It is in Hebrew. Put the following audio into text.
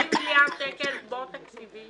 40 מיליארד שקלים, בור תקציבי